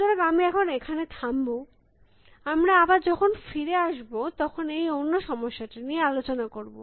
সুতরাং আমি এখন এখানে থামব আমরা আবার যখন ফিরে আসব তখন এই অন্য সমস্যাটি নিয়ে আলোচনা করব